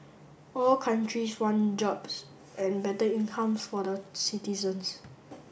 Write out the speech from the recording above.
all countries want jobs and better incomes for the citizens